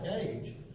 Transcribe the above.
age